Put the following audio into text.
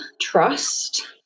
trust